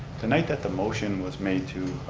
tonight that the motion was made to